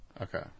Okay